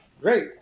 Great